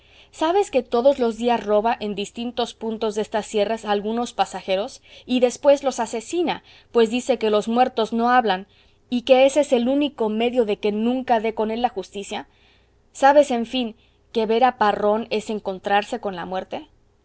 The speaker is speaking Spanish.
sabes que todos los días roba en distintos puntos de estas sierras a algunos pasajeros y después los asesina pues dice que los muertos no hablan y que ése es el único medio de que nunca dé con él la justicia sabes en fin que ver a parrón es encontrarse con la muerte